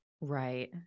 Right